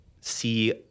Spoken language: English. see